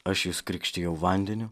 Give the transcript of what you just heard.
aš jus krikštijau vandeniu